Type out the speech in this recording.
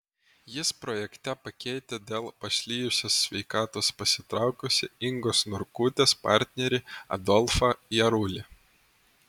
jis projekte pakeitė dėl pašlijusios sveikatos pasitraukusį ingos norkutės partnerį adolfą jarulį